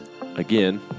again